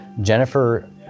Jennifer